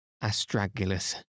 astragalus